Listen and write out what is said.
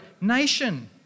nation